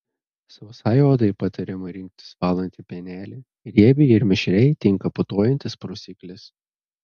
sausai odai patariama rinktis valantį pienelį riebiai ir mišriai tinka putojantis prausiklis